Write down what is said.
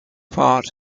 part